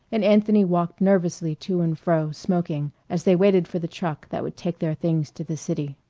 and anthony walked nervously to and fro smoking, as they waited for the truck that would take their things to the city.